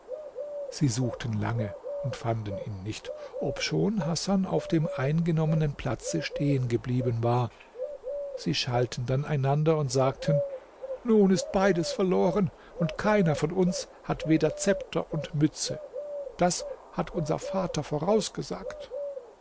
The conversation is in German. sie suchten lange und fanden ihn nicht obschon hasan auf dem eingenommenen platze stehen geblieben war sie schalten dann einander und sagten nun ist beides verloren und keiner von uns hat weder zepter und mütze das hat unser vater vorausgesagt